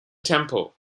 temple